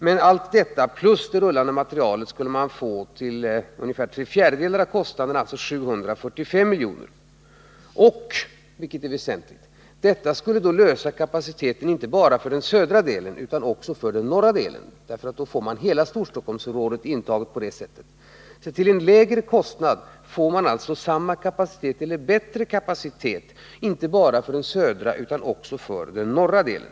Men allt detta plus den rullande materielen skulle man få till ungefär tre fjärdedelar av kostnaderna, alltså 745 milj.kr. Och, vilket är väsentligt, detta skulle klara kapaciteten inte bara för den södra delen utan också för den norra delen. Man får alltså på det sättet hela Storstockholmsområdet intaget. Till en lägre kostnad får man alltså bättre kapacitet inte bara för den södra utan också för den norra delen.